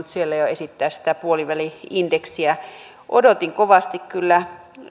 siellä jo esittää sitä puoliväli indeksiä odotin kovasti kyllä